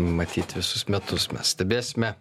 matyt visus metus mes stebėsime